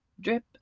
Drip